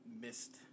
missed